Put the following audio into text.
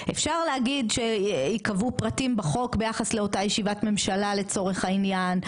אפשר להגיד שיכתבו פרטים בחוק ביחס לאותה ישיבת ממשלה לצורך העניין,